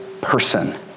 person